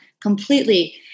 completely